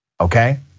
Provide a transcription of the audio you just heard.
Okay